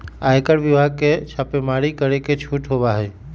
आयकर विभाग के छापेमारी करे के छूट होबा हई